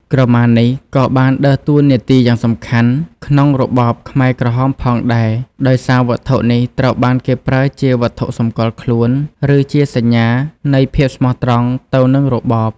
ក្រមានេះក៏បានដើរតួនាទីយ៉ាងសំខាន់ក្នុងរបបខ្មែរក្រហមផងដែរ ដោយសារវត្ថុនេះត្រូវបានគេប្រើជាវត្ថុសម្គាល់ខ្លួន ឬជាសញ្ញានៃភាពស្មោះត្រង់ទៅនឹងរបប។